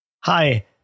Hi